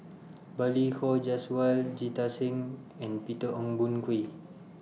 Balli Kaur Jaswal Jita Singh and Peter Ong Boon Kwee